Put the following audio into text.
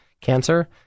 cancer